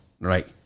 Right